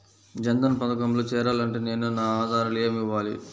జన్ధన్ పథకంలో చేరాలి అంటే నేను నా ఆధారాలు ఏమి ఇవ్వాలి?